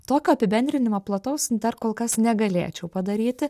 tokio apibendrinimo plataus dar kol kas negalėčiau padaryti